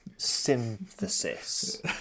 synthesis